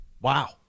Wow